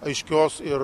aiškios ir